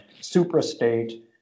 supra-state